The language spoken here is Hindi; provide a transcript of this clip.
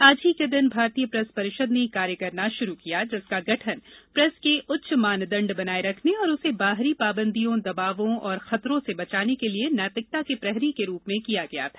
आज ही के दिन भारतीय प्रेस परिषद ने कार्य करना शुरू किया जिस का गठन प्रेस के उच्च मानदंड बनाए रखने और उसे बाहरी पाबंदियों दबावों और खतरों से बचाने के लिए नैतिकता के प्रहरी के रूप में किया गया था